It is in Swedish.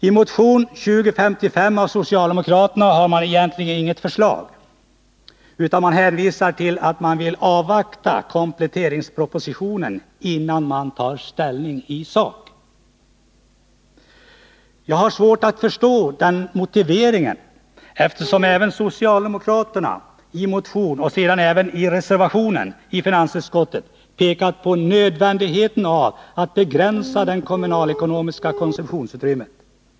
I motion 2055 från socialdemokraterna finns egentligen inget förslag utan socialdemokraterna hänvisar till att de vill avvakta kompletteringspropositionen innan de tar ställning i sak. Jag har svårt att förstå den motiveringen, eftersom socialdemokraterna i motionen och sedan även i reservationen i finansutskottet pekat på nödvändigheten av att begränsa det kommunalekonomiska konsumtionsutrymmet.